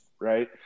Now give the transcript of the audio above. right